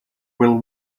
will